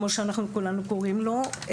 כמו שאנחנו כולנו קוראים לו,